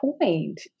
point